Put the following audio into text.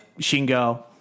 Shingo